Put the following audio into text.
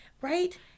right